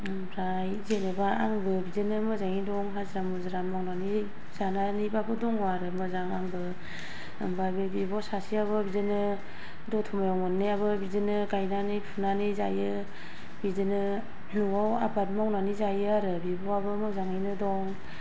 ओमफ्राय जेनेबा आंबो बिदिनो मोजाङै दं हाजिरा मुजिरा मावनानै जानानैबाबो दङ आरो मोजां आंबो ओमफ्राय बे बिब' सासेयाबो बिदिनो दतमायाव मोनलांनायाबो बिदिनो गायनानै फुनानै जायो बिदिनो न'आव आबाद मावनानै जायो आरो बिब'आबो मोजाङैनो दं